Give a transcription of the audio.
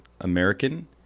American